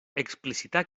explicitar